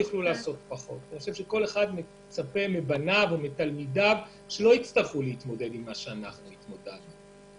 כל אחד מצפה שבניו או תלמידיו שלא יצטרכו להתמודד עם מה שהוא התמודד.